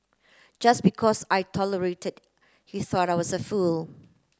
just because I tolerated he thought I was a fool